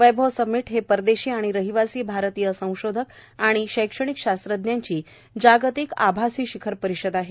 वैभव summit हे परदेशी आणि रहिवासी भारतीय संशोधक आणि शैक्षणिक शास्त्रज्ञांची जागतिक आभासी शिखर परिषद आहे